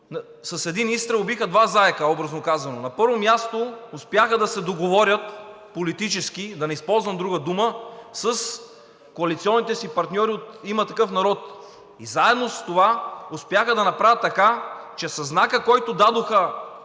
с един изстрел убиха два заека, образно казано. На първо място, успяха да се договорят политически – да не използвам друга дума, с коалиционните си партньори от „Има такъв народ“ и заедно с това успяха да направят така, че със знака, който дадоха